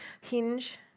hinge